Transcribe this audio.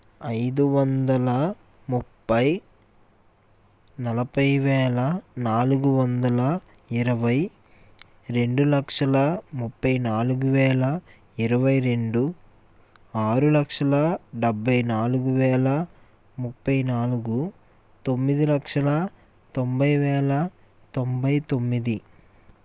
ఐదు వందల ముప్పై నలభై వేల నాలుగు వందల ఇరవై రెండు లక్షల ముప్పై నాలుగు వేల ఇరవై రెండు ఆరు లక్షల డెబ్బై నాలుగు వేల ముప్పై నాలుగు తొమ్మిది లక్షల తొంభై వేల తొంభై తొమ్మిది